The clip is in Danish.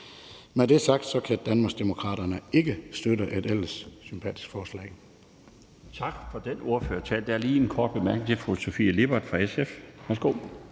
det er sagt, kan Danmarksdemokraterne ikke støtte et ellers sympatisk forslag.